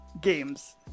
games